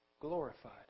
glorified